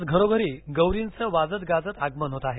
आज घरोघरी गौरींचं वाजत गाजत आगमन होत आहे